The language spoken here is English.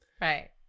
right